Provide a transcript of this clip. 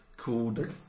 Called